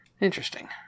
Interesting